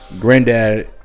Granddad